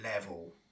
level